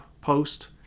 post